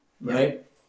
right